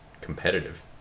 competitive